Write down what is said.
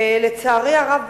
לצערי הרב,